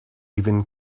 even